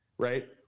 right